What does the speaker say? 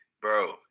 bro